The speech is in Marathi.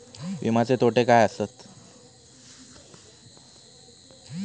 विमाचे तोटे काय आसत?